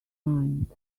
mind